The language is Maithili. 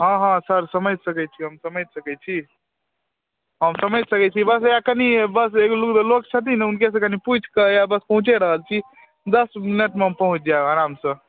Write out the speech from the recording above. हँ हँ सर समझि सकै छियै हम समझि सकै छी हम समझि सकै छी बस हैआ कनी बस एगो लोक छथिन ने हुनकेसँ कनी पुछि कऽ बस पहुँचे रहल छी दस मिनटमे हम पहुँच जायब आरामसँ